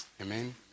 amen